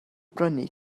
brynu